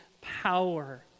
power